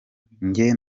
njye